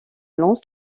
lons